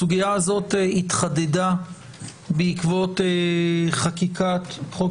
הסוגיה הזו התחדדה בעקבות חקיקת חוק